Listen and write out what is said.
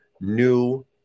new